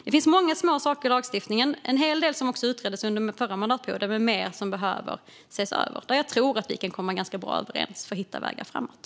Det finns många små saker i lagstiftningen - en hel del utreddes under förra mandatperioden men mer behöver ses över - där jag tror att vi kan komma ganska bra överens för att hitta vägar framåt.